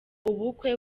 ubukwe